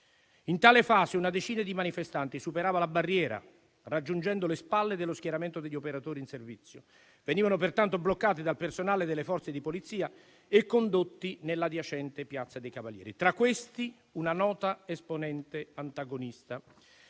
In tale fase, una decina di manifestanti superava la barriera, raggiungendo le spalle dello schieramento degli operatori in servizio. Venivano pertanto bloccati dal personale delle Forze di polizia e condotti nell'adiacente piazza dei Cavalieri; tra questi, una nota esponente antagonista.